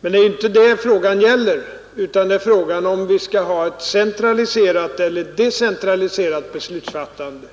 Men det är inte det saken gäller utan om vi skall ha ett centraliserat eller decentraliserat beslutsfattande,